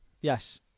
yes